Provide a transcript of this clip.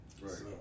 right